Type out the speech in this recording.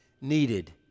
needed